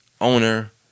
owner